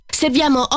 serviamo